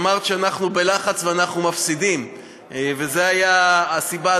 אמרת שאנחנו בלחץ ואנחנו מפסידים ושזו הייתה הסיבה.